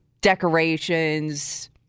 decorations